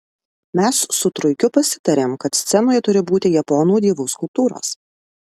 mes su truikiu pasitarėm kad scenoje turi būti japonų dievų skulptūros